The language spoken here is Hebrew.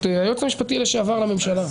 את היועץ המשפטי לשעבר לממשלה,